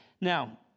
Now